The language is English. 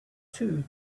two